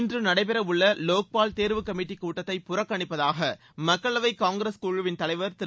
இன்று நடைபெறவுள்ள லோக்பால் தேர்வுக் கமிட்டிக் கூட்டத்தை புறக்கணிப்பதாக மக்களவைக் காங்கிரஸ் குழுவின் தலைவர் திரு